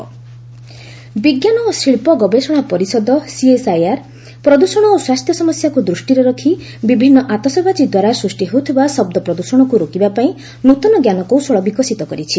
green crackers ବିଜ୍ଞାନ ଓ ଶିଳ୍ପ ଗବେଷଣା ପରିଷଦ ସିଏସ୍ଆଇଆର୍ ପ୍ରଦ୍ଷଣ ଓ ସ୍ୱାସ୍ଥ୍ୟ ସମସ୍ୟାକୁ ଦୃଷ୍ଟିରେ ରଖି ବିଭିନ୍ନ ଆତସବାଜି ଦ୍ୱାରା ସୃଷ୍ଟି ହେଉଥିବା ଶବ୍ଦ ପ୍ରଦୃଷଣକୁ ରୋକିବାପାଇଁ ନୃତନ ଜ୍ଞାନକୌଶଳ ବିକଶିତ କରିଛି